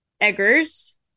eggers